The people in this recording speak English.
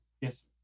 Yes